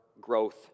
growth